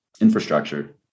infrastructure